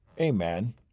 Amen